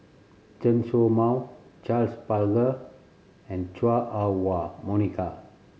Chen Show Mao Charles Paglar and Chua Ah Huwa Monica